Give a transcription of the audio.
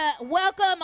welcome